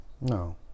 No